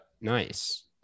nice